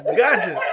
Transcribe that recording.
gotcha